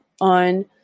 on